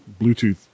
Bluetooth